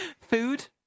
Food